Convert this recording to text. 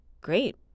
great